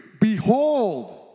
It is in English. Behold